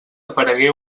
aparegué